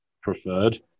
preferred